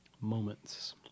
Moments